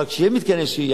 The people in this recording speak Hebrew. אבל כשיהיו מתקני שהייה,